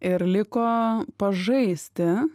ir liko pažaisti